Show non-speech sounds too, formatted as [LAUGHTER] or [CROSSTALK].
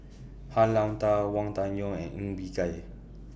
[NOISE] Han [NOISE] Lao DA Wang Dayuan and Ng Bee [UNINTELLIGIBLE]